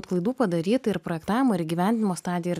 klaidų padaryta ir projektavimo ir įgyvendinimo stadijoj ir